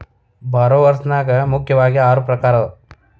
ಭಾರೊವರ್ಸ್ ನ್ಯಾಗ ಮುಖ್ಯಾವಗಿ ಆರು ಪ್ರಕಾರವ